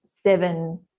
seven